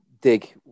dig